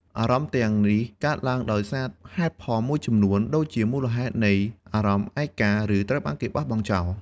អារម្មណ៍ទាំងនេះកើតឡើងដោយសារហេតុផលមួយចំនួន ដូចជាមូលហេតុនៃអារម្មណ៍ឯកា ឬត្រូវគេបោះបង់ចោល។